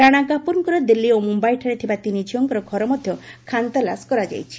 ରାଣା କପୁରଙ୍କ ଦିଲ୍ଲୀ ଓ ମୁମ୍ୟାଇଠାରେ ଥିବା ତିନି ଝିଅଙ୍କ ଘର ମଧ୍ୟ ଖାନତଲାସ କରାଯାଇଛି